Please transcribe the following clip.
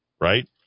right